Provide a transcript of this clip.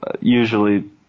usually